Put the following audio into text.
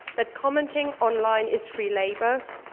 that commenting online is free labor,